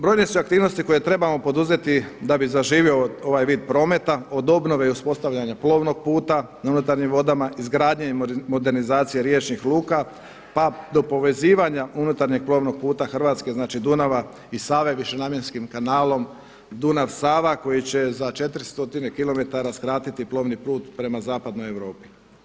Brojne su aktivnosti koje trebamo poduzeti da bi zaživio ova vid prometa od obnove i uspostavljanja plovnog puta na unutarnjim vodama, izgradnje i modernizacije riječnih luka pa do povezivanja unutarnjeg plovnog puta Hrvatske znači Dunava i Save višenamjenskim kanalom Dunav-Sava koji će za 4 stotine kilometara skratiti plovni put prema zapadnoj Europi.